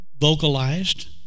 vocalized